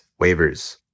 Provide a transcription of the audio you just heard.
waivers